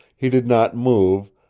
he did not move,